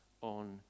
on